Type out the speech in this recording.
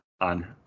on